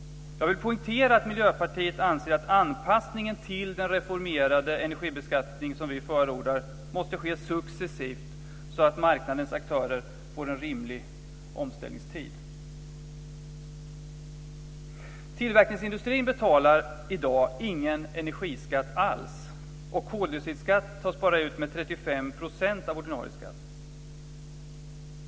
Jag vill poängtera att Miljöpartiet anser att anpassningen till den reformerade energibeskattning som vi förordar måste ske successivt så att marknadens aktörer får en rimlig omställningstid. Tillverkningsindustrin betalar i dag ingen energiskatt alls och koldioxidskatt tas bara ut med 35 % av ordinarie skatt.